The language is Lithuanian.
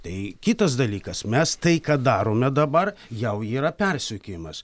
tai kitas dalykas mes tai ką darome dabar jau yra persekiojimas